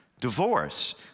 Divorce